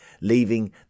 Leaving